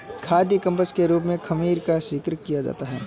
खाद्य फंगस के रूप में खमीर का जिक्र किया जा सकता है